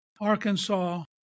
Arkansas